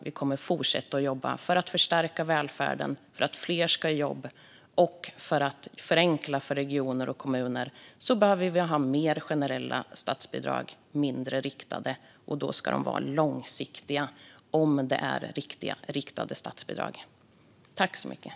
Vi kommer att fortsätta att jobba för att förstärka välfärden för att fler ska i jobb. För att förenkla för regioner och kommuner behöver vi ha mer generella statsbidrag och mindre riktade sådana. Riktade statsbidrag ska vara långsiktiga.